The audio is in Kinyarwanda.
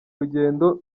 rugendo